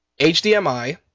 HDMI